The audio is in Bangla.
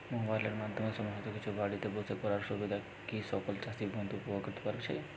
মোবাইলের মাধ্যমে সমস্ত কিছু বাড়িতে বসে করার সুবিধা কি সকল চাষী বন্ধু উপভোগ করতে পারছে?